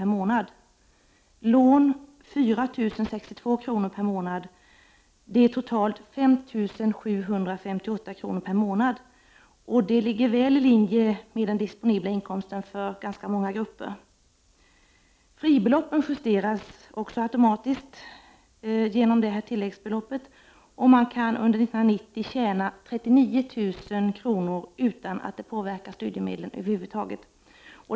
per månad och lån på 4 062 kr. per månad. Det blir totalt 5 758 kr. Det ligger väl i linje med den disponibla inkomsten för ganska många grupper. Fribeloppen justeras också automatiskt i och med detta tilläggsbelopp, och man kan under 1990 tjäna 39 000 kr. utan att det påverkar studiemedlen över huvud taget.